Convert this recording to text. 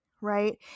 Right